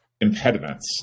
impediments